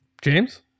James